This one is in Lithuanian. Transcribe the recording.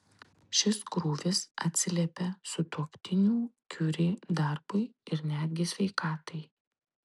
šis krūvis atsiliepia sutuoktinių kiuri darbui ir netgi sveikatai